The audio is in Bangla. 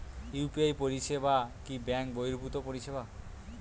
ইউ.পি.আই পরিসেবা কি ব্যাঙ্ক বর্হিভুত পরিসেবা?